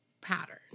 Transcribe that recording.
pattern